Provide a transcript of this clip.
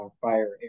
fire